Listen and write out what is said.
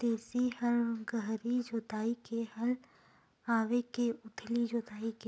देशी हल गहरी जोताई के हल आवे के उथली जोताई के?